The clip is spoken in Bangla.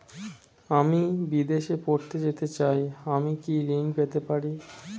আমি বিদেশে পড়তে যেতে চাই আমি কি ঋণ পেতে পারি?